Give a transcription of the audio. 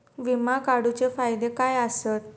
विमा काढूचे फायदे काय आसत?